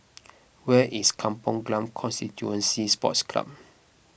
where is Kampong Glam Constituency Sports Club